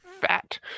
fat